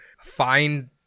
find